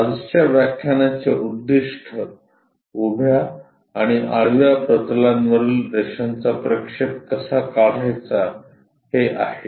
आजच्या व्याख्यानाचे उद्दिष्ट उभ्या आणि आडव्या प्रतलांवरील रेषांचा प्रक्षेप कसा काढायचा हे आहे